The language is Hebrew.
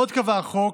עוד קבע החוק